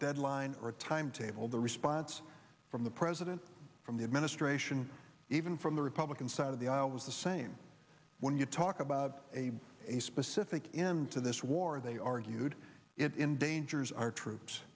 deadline or a timetable the response from the president from the administration even from the republican side of the hour was the same when you talk about a specific him to this war they argued it in dangers our troops